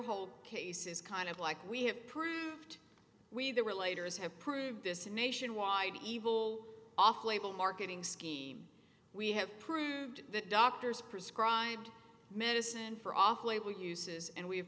whole case is kind of like we have proved we there were later as have proved this nationwide evil off label marketing scheme we have proved that doctors prescribed medicine for off label uses and we've